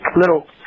little